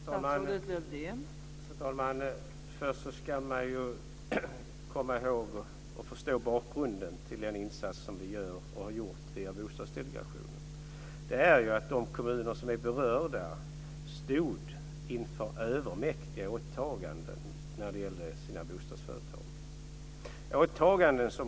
Fru talman! Först ska man komma ihåg och förstå bakgrunden till den insats som vi gör, och har gjort, via Bostadsdelegationen. De berörda kommunerna stod inför övermäktiga åtaganden när det gällde bostadsföretagen.